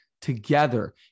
together